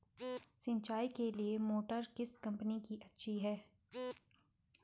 सिंचाई के लिए मोटर किस कंपनी की अच्छी है?